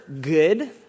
good